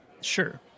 sure